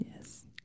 Yes